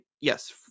Yes